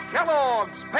Kellogg's